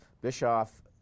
Bischoff